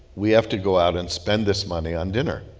we have to go out and spend this money on dinner.